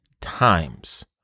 times